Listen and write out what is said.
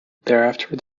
thereafter